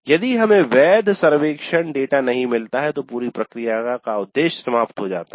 यदि हमें वैध सर्वेक्षण डेटा नहीं मिलता है तो पूरी प्रक्रिया उद्देश्य समाप्त हो जाता है